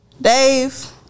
Dave